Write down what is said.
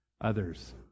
others